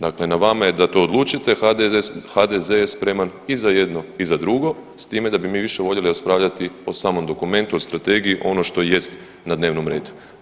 Dakle, na vama je da to odlučite, HDZ je spreman i za jedno i za drugo s time da bi mi više voljeli raspravljati o samom dokumentu, o strategiji, ono što jest na dnevnom redu.